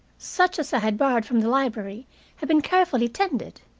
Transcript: such as i had borrowed from the library had been carefully tended.